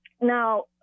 Now